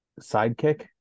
sidekick